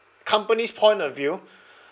company's point of view